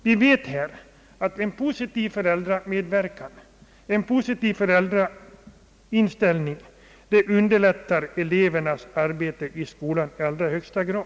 Vi vet att en positiv föräldrainställning i allra högsta grad underlättar elevernas arbete i skolan.